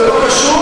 זה לא קשור.